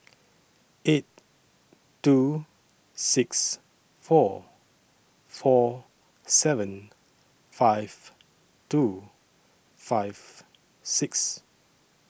eight two six four four seven five two five six